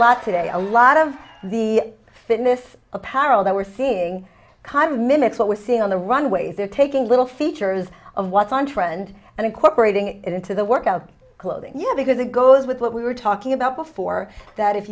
lot today a lot of the fitness apparel that we're seeing kind of minutes what we're seeing on the runways they're taking little features of what's on trend and incorporating it into the workout clothing you have because it goes with what we were talking about before that if